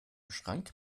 schrank